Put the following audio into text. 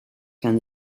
can